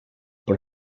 por